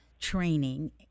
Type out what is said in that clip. training